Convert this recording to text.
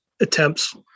attempts